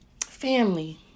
Family